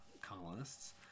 colonists